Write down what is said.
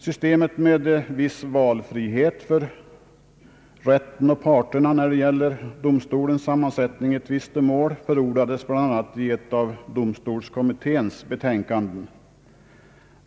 Systemet med viss valfrihet för rätten och parterna när det gäller domstolens sammansättning i tvistemål förordades bl.a. i ett av domstolskommitténs betänkanden.